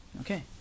okay